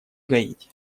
гаити